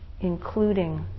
including